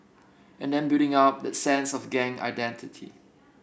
and then building up that sense of gang identity